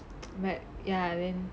but ya then